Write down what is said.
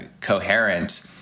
coherent